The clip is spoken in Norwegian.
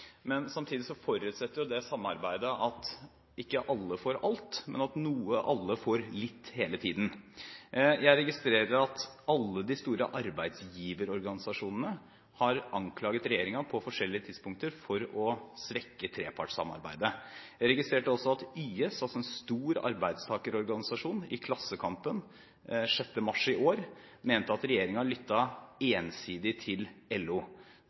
men samtidig forutsetter det samarbeidet at ikke alle får alt, men at alle får litt hele tiden. Jeg registrerer at alle de store arbeidsgiverorganisasjonene har anklaget regjeringen på forskjellige tidspunkter for å svekke trepartssamarbeidet. Jeg registrerte også at YS – altså en stor arbeidstakerorganisasjon – i Klassekampen 6. mars i år mente at regjeringen lyttet ensidig til LO.